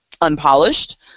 unpolished